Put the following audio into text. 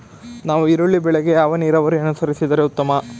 ನಾವು ಈರುಳ್ಳಿ ಬೆಳೆಗೆ ಯಾವ ನೀರಾವರಿ ಅನುಸರಿಸಿದರೆ ಉತ್ತಮ?